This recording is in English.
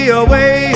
away